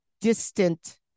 distant